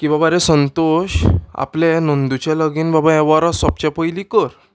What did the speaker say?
की बाबा रे संतोश आपले नंदूचें लगीन बाबा हें वर्स सोंपचे पयलीं कर